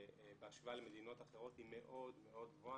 בהשוואה למדינות אחרות היא מאוד מאוד גבוהה,